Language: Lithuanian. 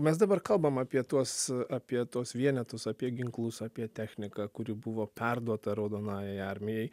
mes dabar kalbam apie tuos apie tuos vienetus apie ginklus apie techniką kuri buvo perduota raudonajai armijai